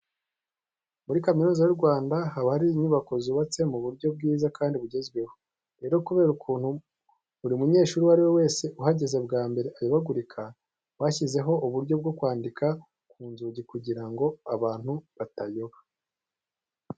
Muri Kaminuza y'u Rwanda haba hari inyubako zubatse mu buryo bwiza kandi bugezweho. Rero kubera ukuntu buri munyeshuri uwo ari we wese uhageze bwa mbere ayobagurika, bashyizeho uburyo bwo kwandika ku nzugi kugira ngo abantu batayoba.